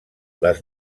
les